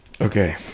Okay